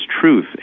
truth